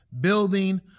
building